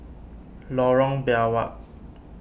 Lorong Biawak